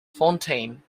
fontaine